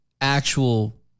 actual